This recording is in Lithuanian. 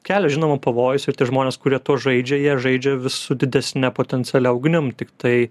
kelia žinoma pavojus ir tie žmonės kurie tuo žaidžia jie žaidžia vis su didesne potencialia ugnim tiktai